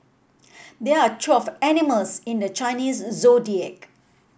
there are twelve animals in the Chinese Zodiac